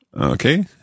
Okay